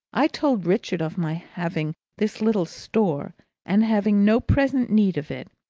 i told richard of my having this little store and having no present need of it,